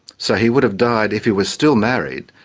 so he would have died, if he was still married,